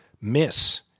miss